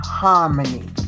harmony